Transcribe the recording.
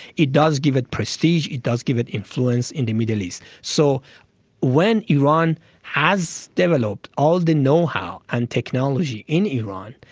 it does give it prestige, it does give it influence in the middle east. so when iran has developed all the know-how and technology in iran,